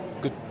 good